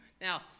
Now